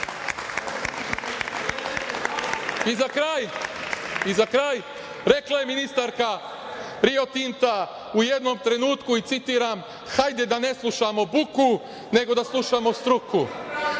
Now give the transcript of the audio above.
kraj, rekla je ministarka Rio Tinta u jednom trenutku i citiram „hajde da ne slušamo buku, nego da slušamo struku“,